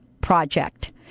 Project